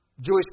Jewish